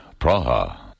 Praha